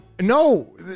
No